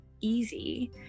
easy